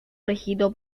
regido